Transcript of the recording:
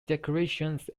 declarations